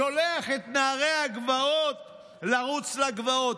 שולח את נערי הגבעות לרוץ לגבעות.